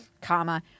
comma